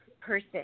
person